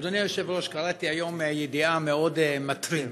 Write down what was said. אדוני היושב-ראש, קראתי היום ידיעה מטרידה